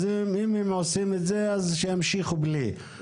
אז אם הם עושים את זה אז שימשיכו בלי,